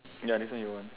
ya next one your one